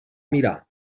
mirar